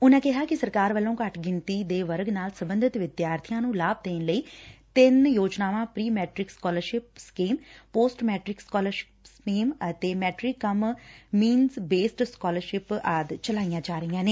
ਉਨਾਂ ਦੱਸਿਆ ਕਿ ਸਰਕਾਰ ਵੱਲੋਂ ਘੱਟ ਗਿਣਤੀ ਦੇ ਵਰਗ ਨਾਲ ਸਬੰਧਤ ਵਿਦਿਆਰਥੀਆਂ ਨੂੰ ਲਾਭ ਦੇਣ ਲਈ ਤਿੰਨ ਸਕੀਮਾਂ pre matric scholarship scheme post matric scholarship scheme ਅਤੇ merit cum means based scholarship ਆਦਿ ਚਲਾਈਆ ਜਾ ਰਹੀਆ ਨੇ